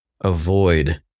avoid